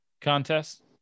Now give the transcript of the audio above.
contest